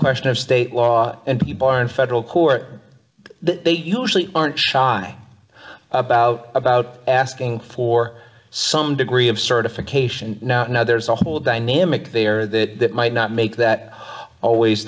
question of state law and the bar in federal court they usually aren't shy about about asking for some degree of certification now there's a whole dynamic there that might not make that always